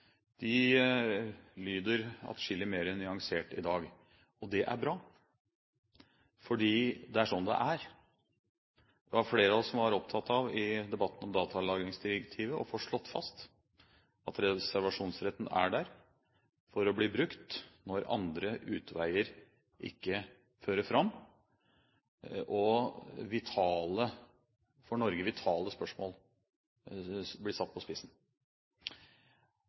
nyansert i dag. Det er bra, fordi det er sånn det er. Flere av oss var i debatten om datalagringsdirektivet opptatt av å få slått fast at reservasjonsretten er der for å bli brukt når andre utveier ikke fører fram og vitale spørsmål for Norge blir satt på spissen.